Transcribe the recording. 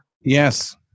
yes